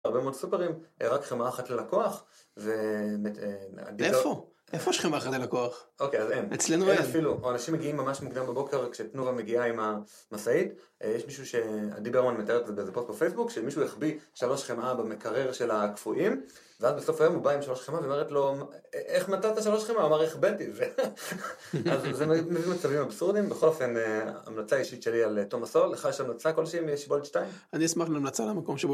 הרבה מאוד סופרים, רק חמאה אחת ללקוח ו... איפה? איפה יש חמאה אחת ללקוח? אצלנו אין. אין אפילו, או אנשים מגיעים ממש מוקדם בבוקר כשתנובה מגיעה עם המסעית, יש מישהו שליברמן מתאר את זה באיזה פוסט בפייסבוק, שמישהו החביא שלוש חמאה במקרר של הקפואים, ואז בסוף היום הוא בא עם שלוש חמאה והיא אומרת לו, איך מצאת שלוש חמאה? אמר, החבאתי. אז זה מביא מצבים אבסורדים, בכל אופן המלצה אישית שלי על תומס הול. לך יש המלצה כלשהיא משיבולת 2? אני אשמח להמלצה על המקום שבו